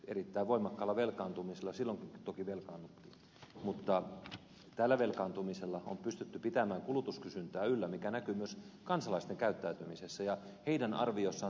nythän hallitus on erittäin voimakkaalla velkaantumisella silloinkin toki velkaannuttiin pystynyt pitämään kulutuskysyntää yllä mikä näkyy myös kansalaisten käyttäytymisessä ja heidän arviossaan tulevaisuudesta